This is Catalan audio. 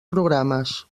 programes